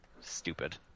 stupid